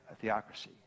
theocracy